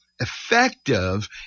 effective